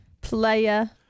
Player